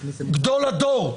גדול הדור,